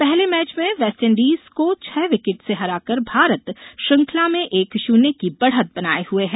पहले मैच में वेस्टइंडीज को छह विकेट से हराकर भारत श्रृंखला में एक शून्य की बढ़त बनाये हुए है